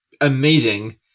amazing